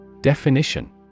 Definition